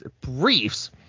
briefs